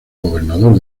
gobernador